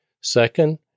Second